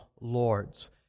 lords